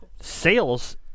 sales